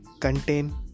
contain